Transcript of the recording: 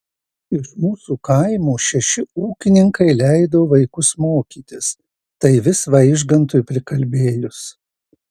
iš mūsų kaimo šeši ūkininkai leido vaikus mokytis tai vis vaižgantui prikalbėjus